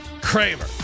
Kramer